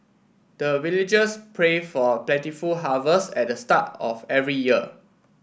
the villagers pray for plentiful harvest at the start of every year